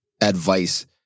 advice